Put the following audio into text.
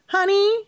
Honey